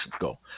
go